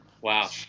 Wow